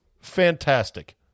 fantastic